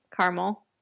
caramel